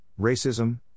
racism